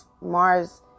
Mars